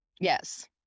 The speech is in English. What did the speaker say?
Yes